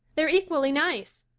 they're equally nice.